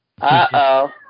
Uh-oh